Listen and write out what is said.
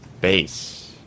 base